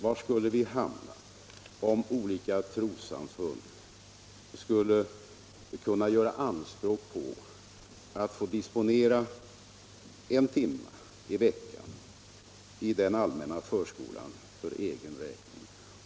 Var skulle vi hamna om olika trossamfund skulle kunna göra anspråk på att för egen räkning få disponera en timme i veckan i den allmänna förskolan?